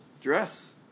dress